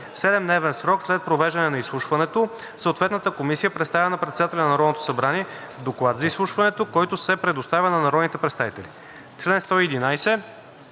7-дневен срок след провеждане на изслушването съответната комисия представя на председателя на Народното събрание доклад за изслушването, който се предоставя на народните представители.“